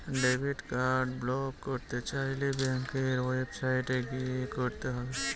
debit card block করতে চাইলে ব্যাঙ্কের ওয়েবসাইটে গিয়ে করতে হবে